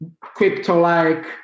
crypto-like